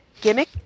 gimmick